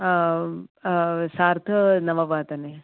सार्धनववादने